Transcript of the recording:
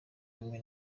rimwe